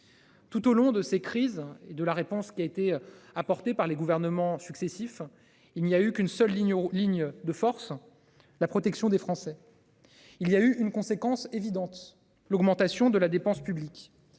Tout au long de ces crises et de la réponse qui a été apportée par les gouvernements successifs, il n'y a eu qu'une seule ligne aux lignes de force. La protection des Français. Il y a eu une conséquence évidente, l'augmentation de la dépense publique.